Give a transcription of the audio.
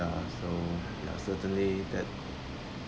ya so ya certainly that